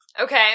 okay